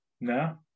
No